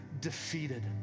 defeated